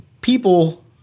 people